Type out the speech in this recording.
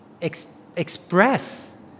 express